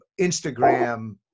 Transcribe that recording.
Instagram